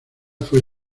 fue